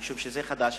משום שזה חדש,